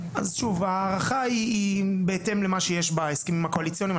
ההערכה היא בהתאם למה שיש בהסכמים הקואליציוניים.